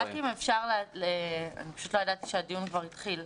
לא ידעתי שהדיון כבר התחיל.